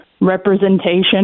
representation